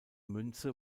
münze